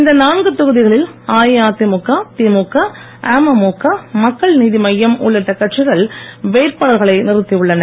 இந்நான்கு தொகுதிகளில் அஇஅதிமுக திமுக அமமுக மக்கள் நீதி மய்யம் உள்ளிட்ட கட்சிகள் வேட்பாளர்களை நிறுத்தி உள்ளன